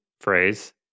phrase